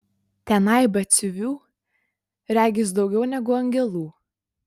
tenai batsiuvių regis daugiau negu angelų